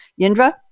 Yindra